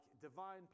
divine